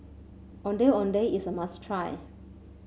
Ondeh Ondeh is a must try